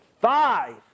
five